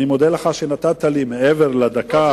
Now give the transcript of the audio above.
אני מודה לך על שנתת לי לדבר מעבר לדקה,